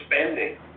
spending